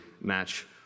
match